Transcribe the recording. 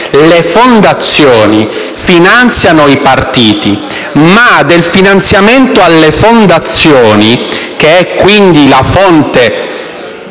le fondazioni finanziano i partiti, ma del finanziamento alle fondazioni - che è, quindi, la fonte